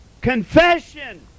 confession